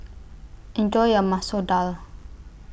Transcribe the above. Enjoy your Masoor Dal